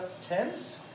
tense